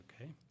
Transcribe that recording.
okay